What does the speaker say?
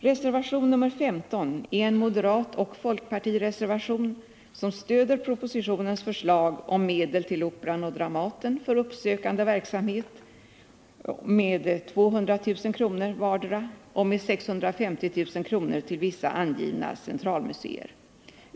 Reservation nr 15 är en moderatoch folkpartireservation, som stöder propositionens förslag om medel till Operan och Dramaten för uppsökande verksamhet med 200 000 kr. vardera och med 650 000 kr. till vissa angivna centralmuseer.